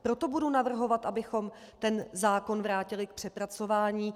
Proto budu navrhovat, abychom zákon vrátili k přepracování.